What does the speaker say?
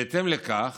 בהתאם לכך